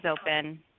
open